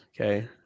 Okay